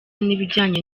n’ibijyanye